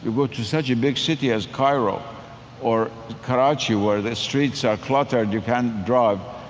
you go to such a big city as cairo or karachi where the streets are cluttered, you can't drive.